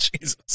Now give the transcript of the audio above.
Jesus